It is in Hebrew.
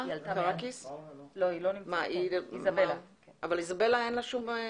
מי שמטפלת אצלנו זה